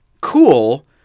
Cool